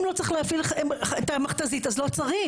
אם לא צריך להפעיל את המכת"זית אז לא צריך.